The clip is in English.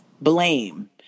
blame